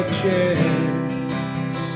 chance